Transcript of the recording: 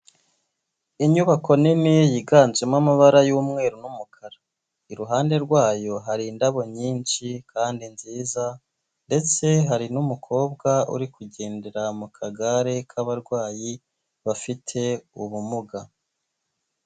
Inyubako nini yiganjemo amabara y'umweru n'umukara iruhande rwayo hari indabo nyinshi kandi nziza ndetse hari n'umukobwa uri kugendera mu kagare k'abarwayi bafite ubumuga.